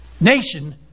nation